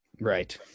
Right